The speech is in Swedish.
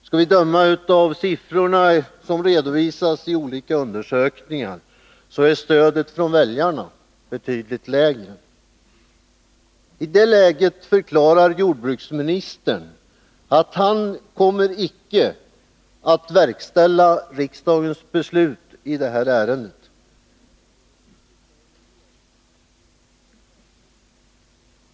Skall vi döma av de siffror som redovisats i olika undersökningar, är stödet från väljarna betydligt lägre. I det läget förklarar jordbruksministern att han icke kommer att verkställa riksdagens beslut i detta ärende.